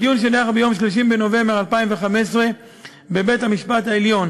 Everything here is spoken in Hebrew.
בדיון שנערך ביום 30 בנובמבר 2015 בבית-המשפט העליון